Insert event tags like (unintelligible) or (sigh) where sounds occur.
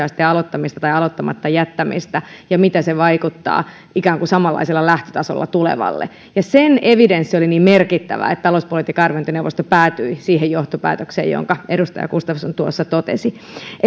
(unintelligible) asteen aloittamista tai aloittamatta jättämistä ja sitä miten se vaikuttaa ikään kuin samanlaisella lähtötasolla tulevalle ja sen evidenssi oli niin merkittävä että talouspolitiikan arviointineuvosto päätyi siihen johtopäätökseen jonka edustaja gustafsson tuossa totesi